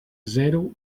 zero